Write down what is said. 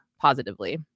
positively